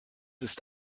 ist